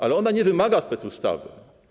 Ale ona nie wymaga specustawy.